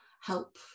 help